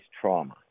trauma